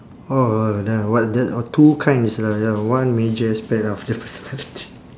orh that what that uh too kind is a ya one major aspect of the personality